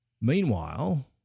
Meanwhile